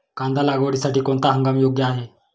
कांदा लागवडीसाठी कोणता हंगाम योग्य आहे?